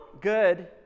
good